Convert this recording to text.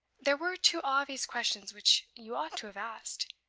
there were two obvious questions which you ought to have asked,